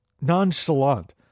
nonchalant